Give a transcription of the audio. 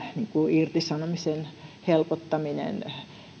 irtisanomisen helpottaminen